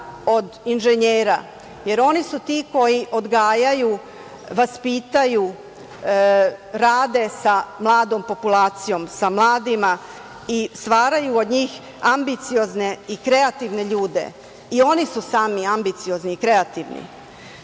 od inženjera, jer oni su ti koji odgajaju, vaspitaju, rade sa mladom populacijom, sa mladima i stvaraju od njih ambiciozne i kreativne ljude. I oni su sami ambiciozni i kreativni.